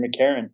McCarran